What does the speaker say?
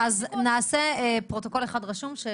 אז נעשה פרוטוקול אחד רשום.